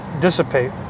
dissipate